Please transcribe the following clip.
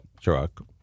truck